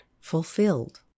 fulfilled